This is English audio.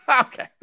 Okay